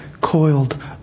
coiled